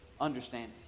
understanding